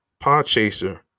Podchaser